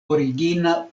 origina